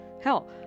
hell